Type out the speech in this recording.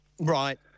Right